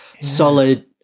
solid